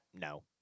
No